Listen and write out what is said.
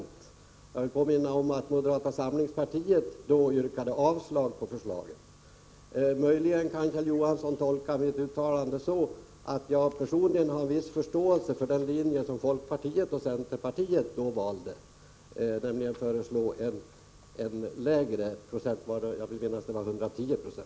Jag vill påminna om att moderata samlingspartiet då yrkade avslag på förslaget. Möjligen kan Kjell Johansson tolka mitt uttalande så, att jag personligen har viss förståelse för den linje som folkpartiet och centerpartiet då valde, nämligen att föreslå en lägre procentsats. Jag vill minnas att det var 110 96.